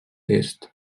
est